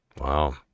Wow